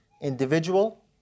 individual